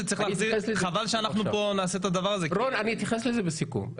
רון, אני אתייחס לזה בסיכום.